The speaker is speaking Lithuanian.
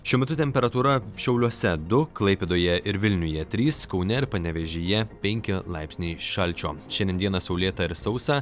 šiuo metu temperatūra šiauliuose du klaipėdoje ir vilniuje trys kaune ir panevėžyje penki laipsniai šalčio šiandien dieną saulėta ir sausa